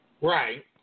Right